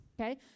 okay